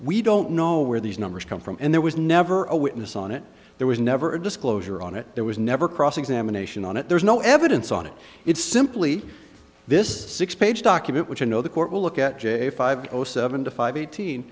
we don't know where these numbers come from and there was never a witness on it there was never a disclosure on it there was never cross examination on it there's no evidence on it it's simply this six page document which you know the court will look at j five zero seven to five eighteen